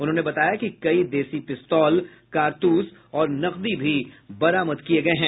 उन्होंने बताया कि कई देशी पिस्तौल कारतूस और नकदी भी बरामद किये गये हैं